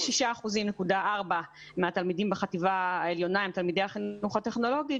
לנו 36.4% מהתלמידים בחטיבה העליונה הם תלמידי החינוך הטכנולוגי,